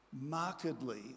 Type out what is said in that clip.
markedly